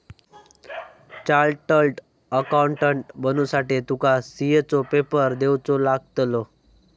chartered accountant बनुसाठी तुका CA चो पेपर देवचो लागतलो